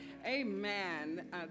Amen